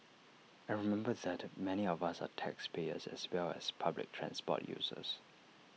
and remember that many of us are taxpayers as well as public transport users